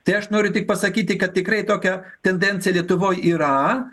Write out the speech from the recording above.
tai aš noriu tik pasakyti kad tikrai tokia tendencija lietuvoj yra